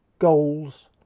Goals